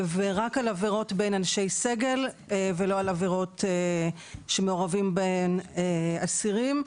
ורק על עבירות בין אנשי סגל ולא על עבירות שמעורבים בהן אסירים.